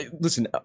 listen